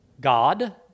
God